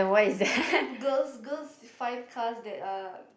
you know girls girls find cars that are